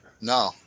No